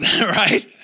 Right